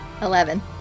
Eleven